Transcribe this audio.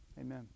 Amen